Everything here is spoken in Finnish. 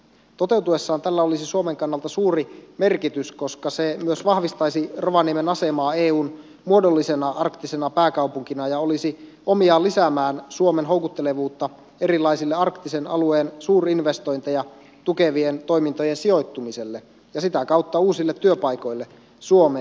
toteutuessaan tällä olisi suomen kannalta suuri merkitys koska se myös vahvistaisi rovaniemen asemaa eun muodollisena arktisena pääkaupunkina ja olisi omiaan lisäämään suomen houkuttelevuutta erilaisten arktisen alueen suurinvestointeja tukevien toimintojen sijoittumiselle ja sitä kautta uusille työpaikoille suomeen